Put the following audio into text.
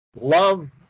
Love